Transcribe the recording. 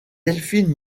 delphine